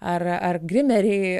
ar ar grimeriai